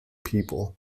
people